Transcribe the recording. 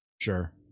Sure